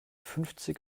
fünfzig